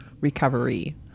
recovery